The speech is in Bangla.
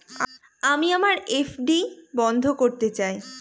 আমি আমার এফ.ডি বন্ধ করতে চাই